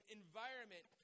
environment